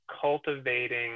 cultivating